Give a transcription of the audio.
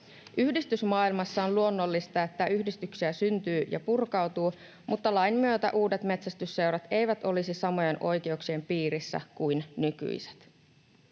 Yhdistysmaailmassa on luonnollista, että yhdistyksiä syntyy ja purkautuu, mutta lain myötä uudet metsästysseurat eivät olisi samojen oikeuksien piirissä kuin nykyiset.